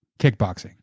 Kickboxing